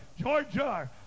Georgia